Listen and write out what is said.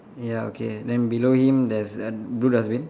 ya okay then below him there's a blue dustbin